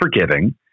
forgiving